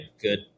good